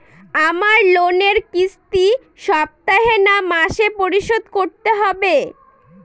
আমার লোনের কিস্তি সপ্তাহে না মাসে পরিশোধ করতে হবে?